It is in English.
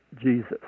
Jesus